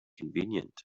convenient